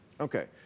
Okay